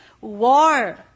war